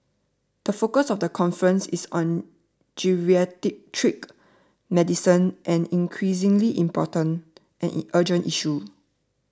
the focus of the conference is on geriatric medicine an increasingly important and urgent issue